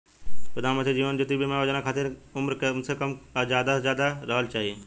प्रधानमंत्री जीवन ज्योती बीमा योजना खातिर केतना उम्र कम से कम आ ज्यादा से ज्यादा रहल चाहि?